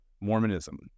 Mormonism